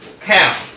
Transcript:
count